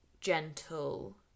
gentle